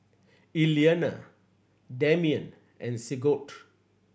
Iliana Demian and Sigurd